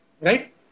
Right